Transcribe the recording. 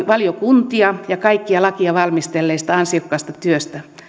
valiokuntia ja kaikkia lakia valmistelleita ansiokkaasta työstä